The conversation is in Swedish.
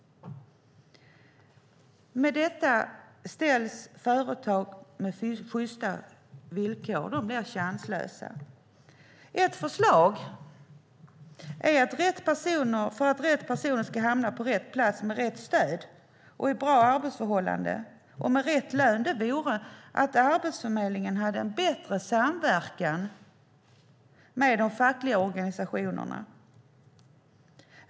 Mot detta är företag med sjysta villkor chanslösa. För att rätt personer ska hamna på rätt plats med rätt stöd, bra arbetsförhållanden och rätt lön är ett förslag att Arbetsförmedlingen ska ha en bättre samverkan med de fackliga organisationerna.